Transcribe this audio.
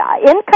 income